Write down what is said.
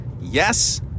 Yes